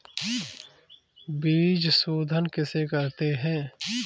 बीज शोधन किसे कहते हैं?